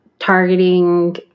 targeting